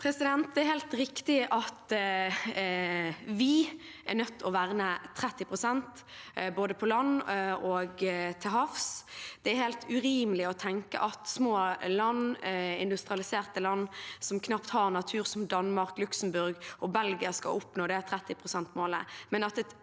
Det er helt riktig at vi er nødt til å verne 30 pst. både på land og til havs. Det er helt urimelig å tenke at små land – industrialiserte land som knapt har natur, som Danmark, Luxembourg og Belgia – skal oppnå det 30-prosentmålet,